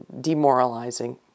demoralizing